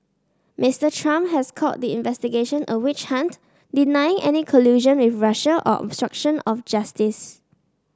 Mister Trump has called the investigation a witch hunt deny any collusion with Russia or obstruction of justice